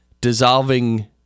dissolving